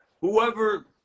whoever